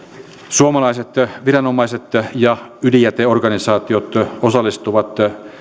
suomalaiset viranomaiset ja ydinjäteorganisaatiot osallistuvat